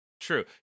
true